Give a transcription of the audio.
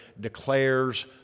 declares